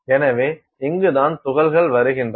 எனவே இங்குதான் துகள்கள் வருகின்றன